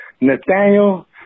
Nathaniel